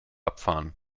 abfahren